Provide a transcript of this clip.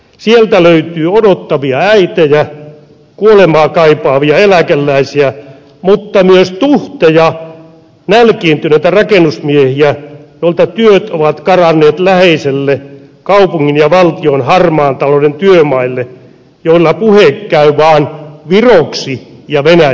sieltä löytyy odottavia äitejä kuolemaa kaipaavia eläkeläisiä mutta myös tuhteja nälkiintyneitä rakennusmiehiä joilta työt ovat karanneet läheisille kaupungin ja valtion harmaan talouden työmaille joilla puhe käy vaan viroksi ja venäjäksi